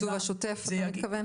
התקצוב השוטף אתה מתכוון?